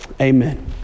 Amen